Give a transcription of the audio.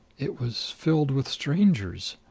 it was filled with strangers.